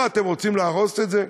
מה, אתם רוצים להרוס את זה?